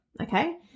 okay